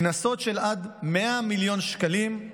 קנסות של עד 100 מיליון שקלים,